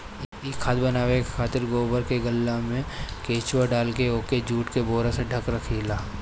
इ खाद के बनावे खातिर गोबर के गल्ला में केचुआ डालके ओके जुट के बोरा से ढक दियाला